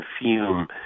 fume